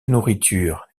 nourriture